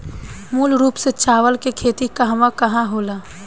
मूल रूप से चावल के खेती कहवा कहा होला?